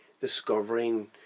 discovering